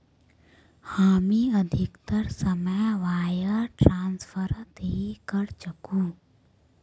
हामी अधिकतर समय वायर ट्रांसफरत ही करचकु